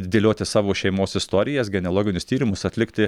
dėlioti savo šeimos istorijas genealoginius tyrimus atlikti